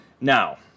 Now